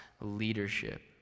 leadership